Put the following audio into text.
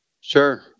Sure